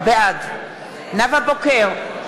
בעד נאוה בוקר,